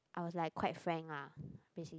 I was like quite frank lah